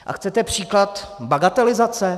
A chcete příklad bagatelizace?